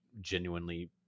genuinely